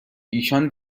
ایشان